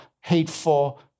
hateful